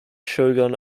shogun